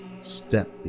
Step